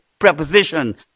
preposition